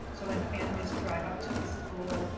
so when families drive up to the school,